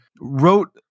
wrote